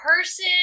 person